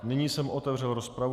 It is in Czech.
Nyní jsem otevřel rozpravu.